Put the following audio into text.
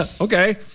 Okay